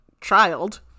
child